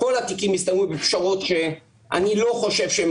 כל התיקים הסתיימו בפשרות שאני לא חושב שהן